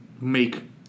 make